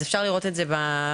אפשר לראות את זה בדיווח,